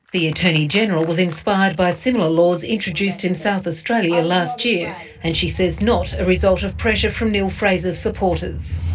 the attorney general was inspired by similar laws introduced in south australia last year and she says not a result of pressure from neill-fraser's supporters.